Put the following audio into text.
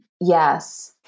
Yes